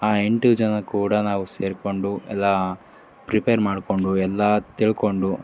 ಆ ಎಂಟು ಜನ ಕೂಡ ನಾವು ಸೇರಿಕೊಂಡು ಎಲ್ಲ ಪ್ರಿಪೇರ್ ಮಾಡಿಕೊಂಡು ಎಲ್ಲ ತಿಳ್ಕೊಂಡು